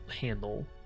handle